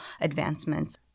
advancements